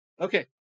okay